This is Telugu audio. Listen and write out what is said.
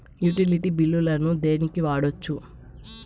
యుటిలిటీ బిల్లులను దేనికి వాడొచ్చు?